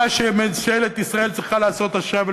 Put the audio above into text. מה שממשלת ישראל צריכה לעשות עכשיו,